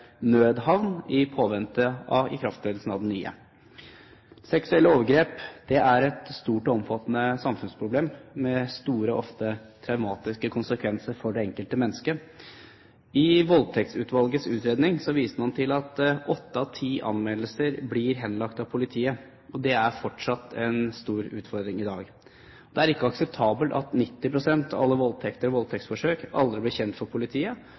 nødhavn i påvente av ikrafttredelsen av den nye. Seksuelle overgrep er et stort og omfattende samfunnsproblem, med store og ofte traumatiske konsekvenser for det enkelte mennesket. I Voldtektsutvalgets utredning viste man til at åtte av ti anmeldelser blir henlagt av politiet. Det er fortsatt en stor utfordring i dag. Det er ikke akseptabelt at 90 pst. av alle voldtekter og voldtektsforsøk aldri blir kjent for politiet,